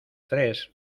tres